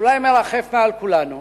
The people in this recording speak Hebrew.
אולי מרחף מעל כולנו,